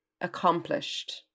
accomplished